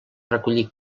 recollir